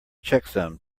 checksum